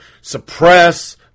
suppress